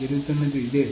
జరుగుతున్నది ఇదే